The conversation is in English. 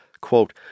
quote